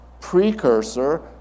precursor